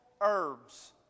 herbs